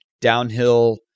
downhill